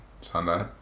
Sunday